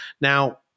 Now